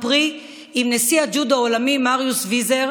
פרי עם נשיא איגוד הג'ודו העולמי מריוס ויזר,